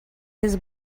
his